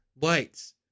lights